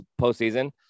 postseason